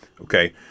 Okay